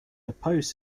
opposed